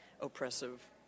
oppressive